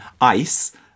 ice